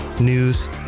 news